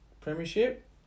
premiership